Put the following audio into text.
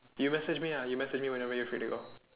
you message me ah you message me whenever you are free to go